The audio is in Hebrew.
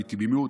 מתמימות,